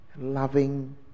loving